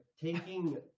taking